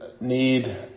need